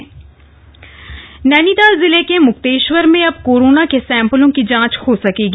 DM निरीक्षण नैनीताल जिले के मुक्तेश्वर में अब कोरोना के सैंपलों की जांच हो सकेगी